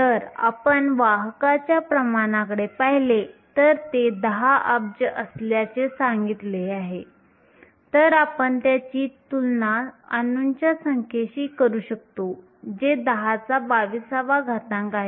जर आपण वाहकाच्या प्रमाणाकडे पाहिले आणि ते 10 अब्ज असल्याचे सांगितले तर आपण त्याची तुलना अणूंच्या संख्येशी करू शकतो जे 1022 आहे